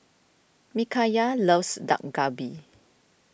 Mikayla loves Dak Galbi